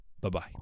bye-bye